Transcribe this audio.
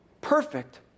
perfect